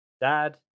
Dad